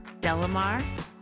Delamar